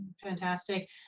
fantastic